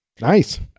Nice